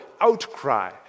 outcry